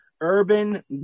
Urban